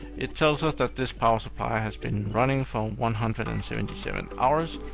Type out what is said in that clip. it tells us that this power supply has been running for one hundred and seventy seven hours.